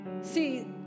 See